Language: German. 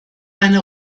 meine